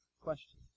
question